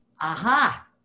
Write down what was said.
Aha